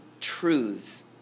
truths